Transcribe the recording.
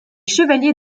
chevaliers